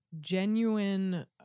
Genuine